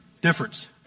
Difference